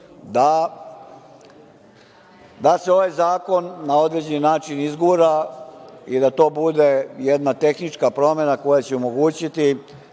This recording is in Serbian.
da se ovaj zakon na određeni način izgura i da to bude jedna tehnička promena koja će omogućiti